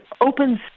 Opens